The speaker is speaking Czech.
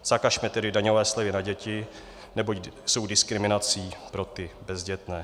Zakažme tedy daňové slevy na děti, neboť jsou diskriminací pro ty bezdětné.